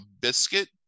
biscuit